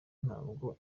ntabwo